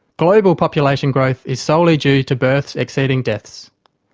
global population growth is solely due to births exceeding deaths.